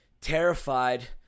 terrified